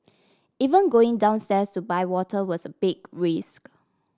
even going downstairs to buy water was a big risk